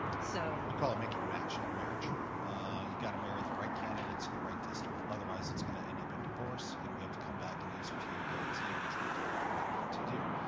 so. we call it making a match and a you've got to marry the right candidate to the right district, otherwise it's gonna end up in divorce and we have to come back and use our two-year guarantee, which we do not want to do.